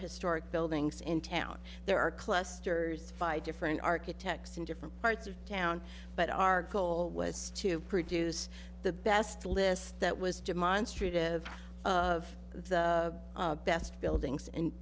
historic build things in town there are clusters five different architects in different parts of town but our goal was to produce the best list that was jim on street of of the best buildings